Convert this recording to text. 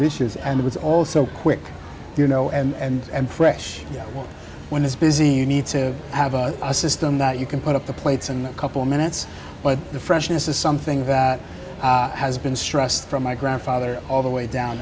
dishes and it was all so quick you know and fresh when it's busy you need to have a system that you can put up the plates and a couple minutes but the freshness is something that has been stressed from my grandfather all the way down